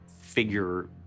figure